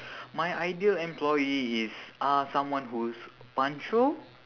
my ideal employee is uh someone who's punctual